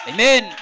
Amen